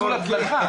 ירוק.